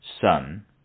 son